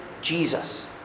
Jesus